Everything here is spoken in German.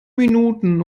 minuten